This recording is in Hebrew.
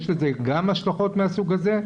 יש לזה גם השלכות מהסוג הזה?